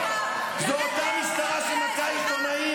זאת אותה משטרה שמכה עיתונאים,